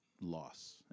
loss